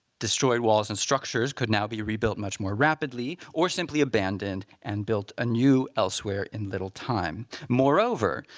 destroyed walls and structures could now be rebuilt much more rapidly, or simply abandoned and built anew elsewhere in little time. moreover,